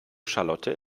charlotte